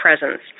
presence